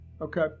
okay